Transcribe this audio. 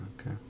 Okay